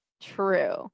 true